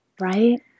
Right